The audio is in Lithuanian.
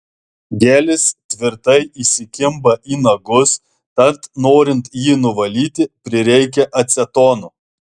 gelis tvirtai įsikimba į nagus tad norint jį nuvalyti prireikia acetono